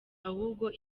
ahubwo